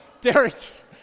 Derek's